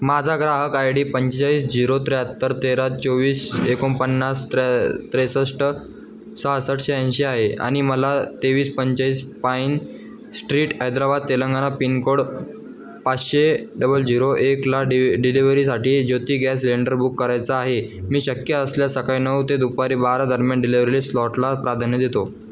माझा ग्राहक I D पंचेचाळीस झिरो त्र्याहत्तर तेरा चोवीस एकोणपन्नास त्रे त्रेसष्ट सहासष्ठ शहाऐंशी आहे आणि मला तेवीस पंचेचाळीस pine street Hyderabad Telangana pincode पाचशे डबल झिरो एकला डि डिलिवरीसाठी ज्योती गॅस सिलेंडर बुक करायचा आहे मी शक्य असल्यास सकाळी नऊ ते दुपारी बारा दरम्यान डिलिवरी स्लॉटला प्राधान्य देतो